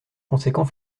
conséquent